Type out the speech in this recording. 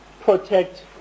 protect